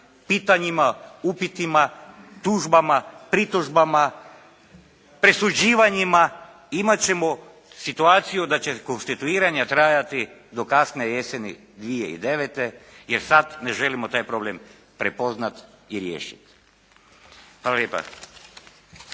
pitanjima, upitima, tužbama, pritužbama, presuđivanjima, imati ćemo situaciju da će konstituiranja trajati do kasne jeseni 2009. jer sada ne želimo taj problem prepoznati i riješiti. Hvala lijepa.